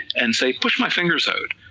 and say push my fingers out,